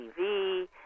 TV